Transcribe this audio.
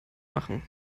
machen